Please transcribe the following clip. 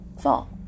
fall